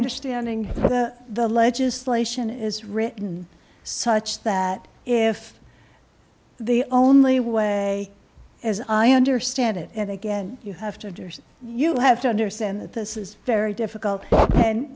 understanding is that the legislation is written such that if the only way as i understand it and again you have to do you have to understand that this is very difficult and